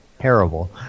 terrible